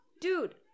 dude